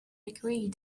agree